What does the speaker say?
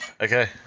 Okay